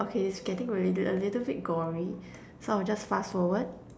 okay is getting really a little bit gory so I'll just fast forward